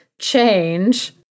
change